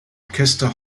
orchester